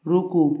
रूकु